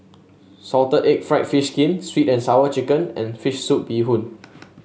Salted Egg fried fish skin sweet and Sour Chicken and fish soup Bee Hoon